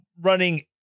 running